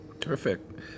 Perfect